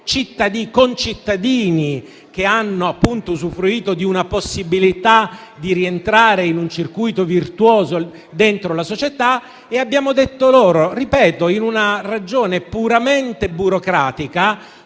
concittadini che hanno usufruito della possibilità di rientrare in un circuito virtuoso dentro la società e abbiamo detto loro, con una ragione puramente burocratica,